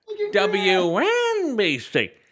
WNBC